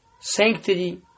sanctity